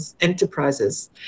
enterprises